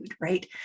right